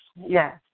yes